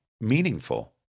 meaningful